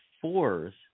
fours